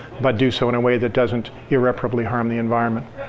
but do so in a way that doesn't irreparably harm the environment.